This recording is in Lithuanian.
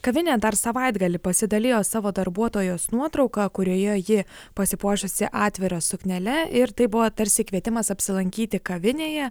kavinė dar savaitgalį pasidalijo savo darbuotojos nuotrauka kurioje ji pasipuošusi atvira suknele ir tai buvo tarsi kvietimas apsilankyti kavinėje